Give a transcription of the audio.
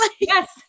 Yes